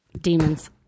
demons